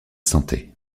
santé